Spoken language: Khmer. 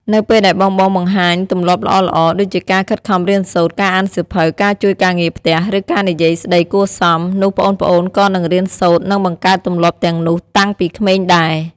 នៅពេលដែលបងៗបង្ហាញទម្លាប់ល្អៗ ដូចជាការខិតខំរៀនសូត្រ ការអានសៀវភៅ ការជួយការងារផ្ទះ ឬការនិយាយស្ដីគួរសម នោះប្អូនៗក៏នឹងរៀនសូត្រ និងបង្កើតទម្លាប់ទាំងនោះតាំងពីក្មេងដែរ ។